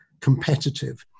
competitive